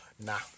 Nah